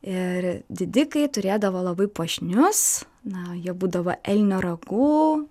ir didikai turėdavo labai puošnius na jie būdavo elnio ragų